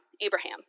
Abraham